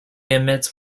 emits